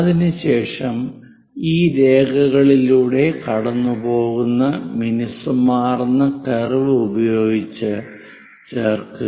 അതിനുശേഷം ഈ രേഖകളിലൂടെ കടന്നുപോകുന്ന മിനുസമാർന്ന കർവ് ഉപയോഗിച്ച് ചേർക്കുക